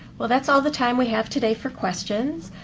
well, that's all the time we have today for questions.